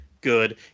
good